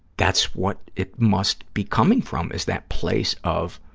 that's what it must be coming from, is that place of,